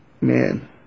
Man